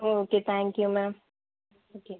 ah okay thank you ma'am okay